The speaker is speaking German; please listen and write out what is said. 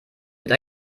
wird